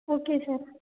okay sir